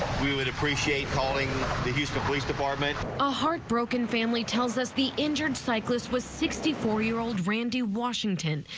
we would appreciate calling the houston police department a heartbroken family tells us the injured cyclist was sixty four year-old randy washington.